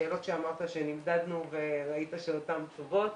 שאלות שאמרת שנמדדנו וראית שיש את אותן תשובות.